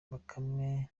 bakame